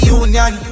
union